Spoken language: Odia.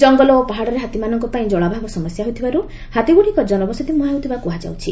ଜଙ୍ଗଲ ଓ ପାହାଡ଼ରେ ହାତୀମାନଙ୍କ ପାଇଁ ଜଳଭାବ ସମସ୍ୟା ହୋଇଥିବାରୁ ହାତୀଗୁଡ଼ିକ ଜନବସତି ମୁହାଁ ହୋଇଥିବା କୁହାଯାଉଛି